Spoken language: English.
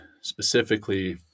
Specifically